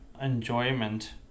enjoyment